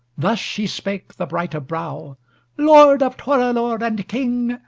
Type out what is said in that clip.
thus she spake the bright of brow lord of torelore and king,